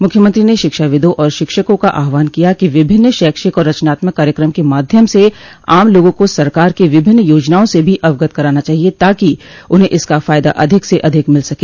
मुख्यमंत्री ने शिक्षाविदो और शिक्षकों का आहवान किया कि विभिन्न शैक्षिक और रचनात्मक कार्यक्रम के माध्यम से आम लोगों को सरकार की विभिन्न योजनाओं से भी अवगत कराना चाहिये ताकि उन्हें इसका फायदा अधिक से अधिक मिल सके